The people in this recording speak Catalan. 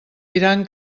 diran